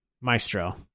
Maestro